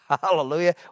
Hallelujah